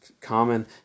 Common